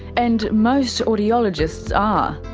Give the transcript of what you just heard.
and most audiologists are.